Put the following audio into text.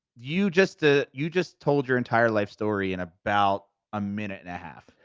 you just ah you just told your entire life story in about a minute and a half.